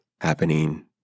happening